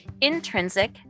intrinsic